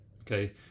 okay